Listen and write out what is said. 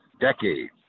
decades